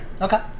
Okay